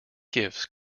gifts